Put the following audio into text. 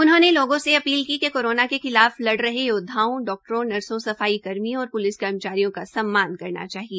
उनहोंने लोगों से अपील की कि कोरोना के खिलाफ लड़ रहे योदवाओं डाक्टरों नर्सो सफाई कर्मियों और प्लिस कर्मचारियों का सम्मान करना चाहिए